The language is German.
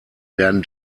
werden